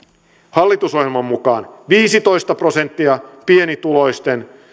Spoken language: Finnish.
hallitusohjelman mukaan viisitoista prosenttia pienituloisten